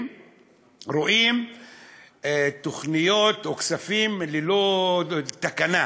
רואים תוכניות או כספים ללא תקנה.